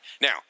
Now